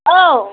औ